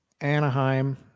Anaheim